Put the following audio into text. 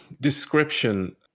Description